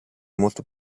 molto